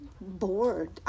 bored